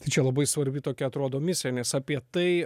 tai čia labai svarbi tokia atrodo misija nes apie tai